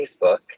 Facebook